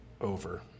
over